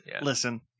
listen